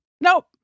Nope